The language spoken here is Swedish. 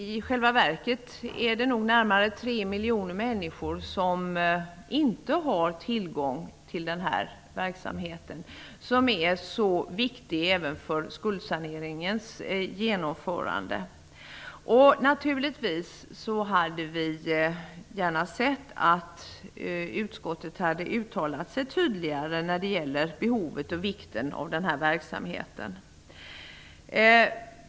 I själva verket är det nog närmare 3 miljoner människor som inte har tillgång till denna verksamhet som är så viktig även för skuldsaneringens genomförande. Vi hade naturligtvis gärna sett att utskottet hade uttalat sig tydligare när det gäller behovet och vikten av denna verksamhet.